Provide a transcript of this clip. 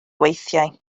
weithiau